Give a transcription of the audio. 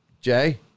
Jay